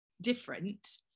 different